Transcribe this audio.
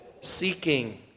Seeking